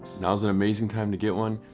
ow's an amazing time to get one.